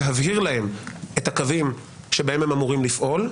להבהיר להם את הקווים שבהם הם אמורים לפעול.